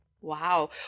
Wow